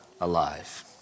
alive